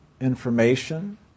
information